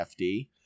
FD